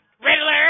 Riddler